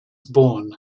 born